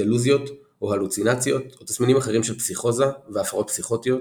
דלוזיות או הלוצינציות או תסמינים אחרים של פסיכוזה והפרעות פסיכוטיות,